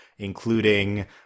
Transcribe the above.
including